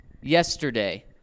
yesterday